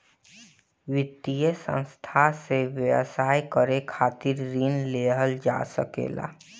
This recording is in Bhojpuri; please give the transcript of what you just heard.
वित्तीय संस्था से व्यवसाय करे खातिर ऋण लेहल जा सकेला